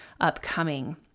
upcoming